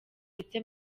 ndetse